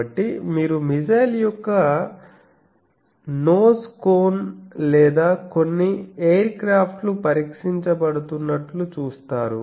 కాబట్టి మీరు మిస్సైల్ యొక్క నోస్ కోన్ లేదా కొన్ని ఎయిర్క్రాఫ్ట్ లు పరీక్షించబడుతున్నట్లు చూస్తారు